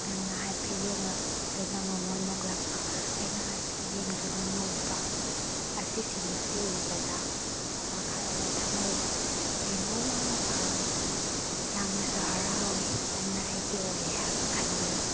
ꯅꯪꯅ ꯍꯥꯏꯐꯦꯠ ꯌꯦꯡꯂꯛꯇꯨꯅ ꯃꯣꯃꯣꯟ ꯅꯣꯛꯂꯛꯄ ꯑꯩꯅ ꯍꯥꯏꯐꯦꯠ ꯌꯦꯡꯗꯨꯅ ꯅꯣꯛꯄ ꯑꯁꯤꯁꯤꯡ ꯑꯁꯤ ꯎꯕꯗ ꯋꯥꯈꯜꯗ ꯊꯃꯣꯏꯗ ꯀꯩꯅꯣꯝ ꯑꯃ ꯐꯥꯎꯋꯦ ꯌꯥꯝꯅꯁꯨ ꯍꯔꯥꯎꯋꯦ ꯅꯪꯅ ꯑꯩꯒꯤ ꯑꯣꯏꯔꯦ ꯍꯥꯏꯕ ꯈꯟꯕꯗ